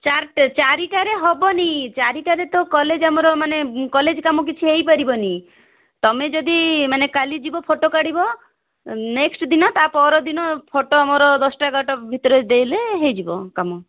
ଚାରିଟା ଚାରିଟାରେ ହେବନି ଚାରିଟାରେ ତ କଲେଜ ଆମର ମାନେ କଲେଜ କାମ କିଛି ହେଇପାରିବନି ତୁମେ ଯଦି ମାନେ କାଲି ଯିବ ଫୋଟ କାଢ଼ିବ ନେକ୍ସଟ ଦିନ ତା'ପର ଦିନ ଫୋଟ ଆମର ଦଶଟା ଏଗାରଟା ଭିତରେ ଦେଲେ ହେଇଯିବ କାମ